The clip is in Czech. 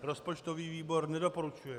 Rozpočtový výbor nedoporučuje.